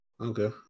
Okay